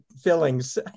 fillings